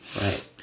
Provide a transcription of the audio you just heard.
right